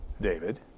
David